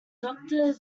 doctor